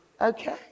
okay